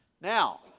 Now